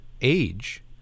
age